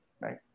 right